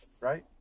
right